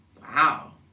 Wow